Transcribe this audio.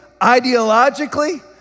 ideologically